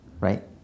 right